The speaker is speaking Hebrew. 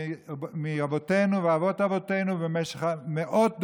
מאבותינו ואבות אבותינו במשך מאות דורות,